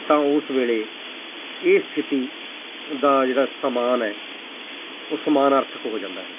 ਤਾਂ ਉਸ ਵੇਲੇ ਇਹ ਸਥਿਤੀ ਦਾ ਜਿਹੜਾ ਸਮਾਨ ਹੈ ਉਹ ਸਮਾਨ ਅਰਥਕ ਹੋ ਜਾਂਦਾ ਹੈ